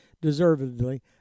deservedly